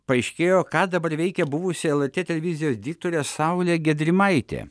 paaiškėjo ką dabar veikia buvusi lrt televizijos diktorė saulė gedrimaitė